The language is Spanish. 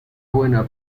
buena